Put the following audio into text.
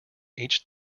each